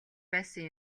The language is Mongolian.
байсан